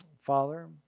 Father